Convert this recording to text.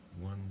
One